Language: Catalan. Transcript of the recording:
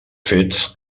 fets